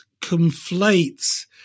conflates